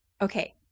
okay